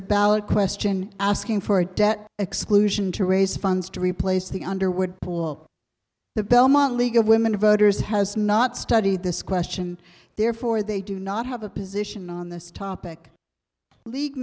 a ballot question asking for a debt exclusion to raise funds to replace the underwood pool the belmont league of women voters has not studied this question therefore they do not have a position on this topic le